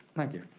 thank you.